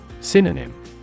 Synonym